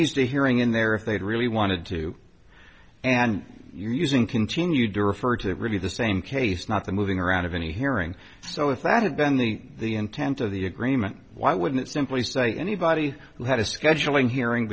squeezed a hearing in there if they'd really wanted to and you're using continued to refer to really the same case not the moving around of any hearing so if that had been the intent of the agreement why wouldn't it simply say anybody who had a scheduling hearing